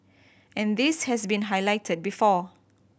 and this has been highlighted before